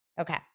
Okay